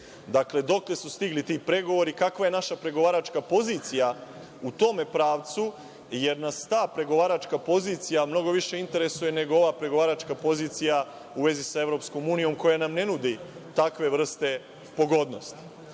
Dakle, dokle su stigli ti pregovori, kakva je naša pregovaračka pozicija u tome pravcu, jer nas ta pregovaračka pozicija mnogo više interesuje nego ova pregovaračka pozicija u vezi sa EU, koja nam ne nudi takve vrste pogodnosti? Zato